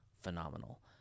phenomenal